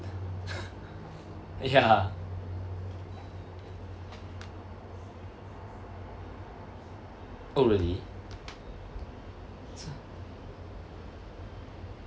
ya oh really